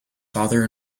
father